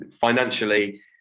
financially